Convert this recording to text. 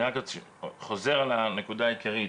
אני רק חוזר על הנקודה העיקרית,